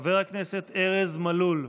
חבר הכנסת ארז מלול.